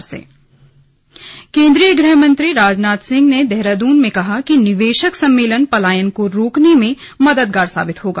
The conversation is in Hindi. स्लग राजनाथ सिंह निवेशक सम्मेलन केंद्रीय गृहमंत्री राजनाथ सिंह ने देहरादून में कहा कि निवेशक सम्मेलन पलायन को रोकने में मददगार साबित होगा